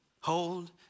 Hold